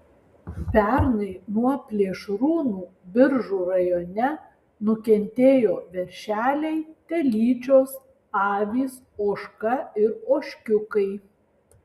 pernai nuo plėšrūnų biržų rajone nukentėjo veršeliai telyčios avys ožka ir ožkiukai